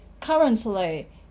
currently